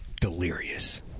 delirious